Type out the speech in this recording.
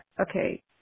okay